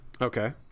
Okay